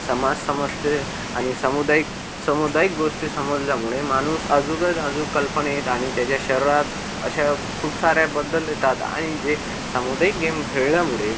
समास समसते आणि सामुदायिक सामुदायिक गोष्टी समजल्यामुळे माणूस अजूकच अजूक कल्पनेत आणि त्याच्या शरीरात अशा खूप साऱ्याबद्दल येतात आणि जे सामुदायिक गेम खेळल्यामुळे